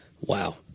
Wow